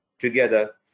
together